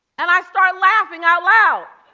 and i started laughing out loud.